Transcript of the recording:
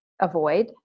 avoid